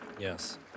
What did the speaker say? Yes